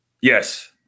yes